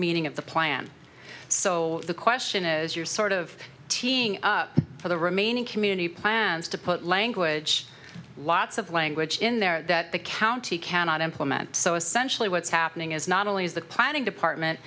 meaning of the plan so the question is you're sort of teeing up for the remaining community plans to put language lots of language in there that the county cannot implement so essentially what's happening is not only is the planning department